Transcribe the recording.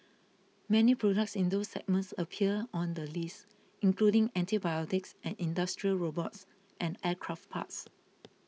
many products in those segments appear on the list including antibiotics and industrial robots and aircraft parts